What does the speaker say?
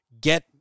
get